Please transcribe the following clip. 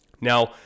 now